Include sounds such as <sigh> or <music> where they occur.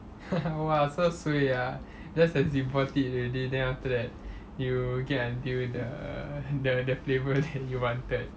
<laughs> !wah! so suay ah just as you bought it already then after that you get until the the the flavour that you wanted